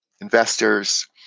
investors